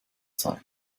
sei